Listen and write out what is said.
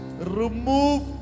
remove